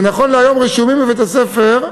ונכון להיום רשומים בבית-הספר,